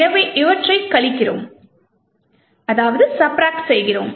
எனவே இவற்றைக் கழிக்கிறோம்